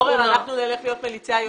אנחנו נלך להיות מליצי היושר שלך.